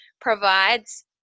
provides